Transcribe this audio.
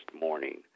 morning